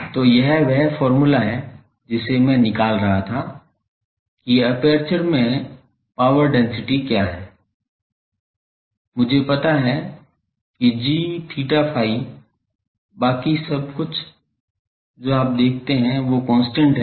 तो यह वह फॉर्मूला है जिसे मैं निकाल रहा था कि एपर्चर में पावर डेंसिटी क्या है मुझे पता है कि g𝛳ϕ बाकी सब कुछ जो आप देखते हैं वो कांस्टेंट है